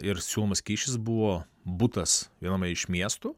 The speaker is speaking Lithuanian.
ir siūlomas kyšis buvo butas viename iš miestų